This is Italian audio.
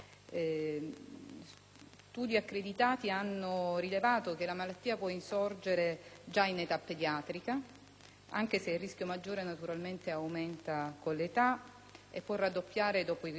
Studi accreditati hanno rilevato che la malattia può insorgere già in età pediatrica, anche se il rischio maggiore naturalmente aumenta con l'età e può raddoppiare dopo i quarant'anni.